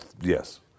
Yes